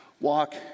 walk